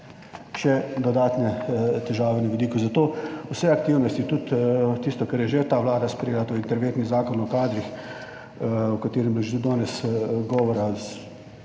še dodatne težave na vidiku. Zato vse aktivnosti, tudi tisto, kar je že ta Vlada sprejela, to je interventni Zakon o kadrih, o katerem je bilo že danes govora,